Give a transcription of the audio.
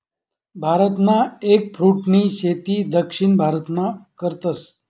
भारतमा एगफ्रूटनी शेती दक्षिण भारतमा करतस